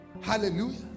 Hallelujah